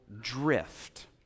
drift